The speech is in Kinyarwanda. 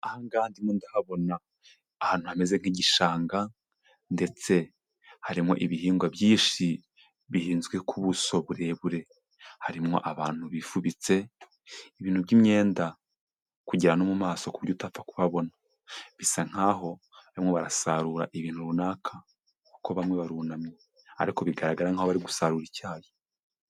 Ahanganga ndimo ndahabona ahantu hameze nk'igishanga ndetse harimo ibihingwa byinshi bihinzwe ku buso burebure, harimwo abantu bifubitse ibintu by'imyenda kugera no mu maso kuburyo utapfa kuhabona, bisa nkaho bamwe barasarura ibintu runaka kuko bamwe barunamye ariko bigaragara nk'aho bari gusarura icyayi.